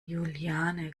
juliane